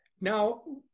Now